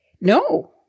No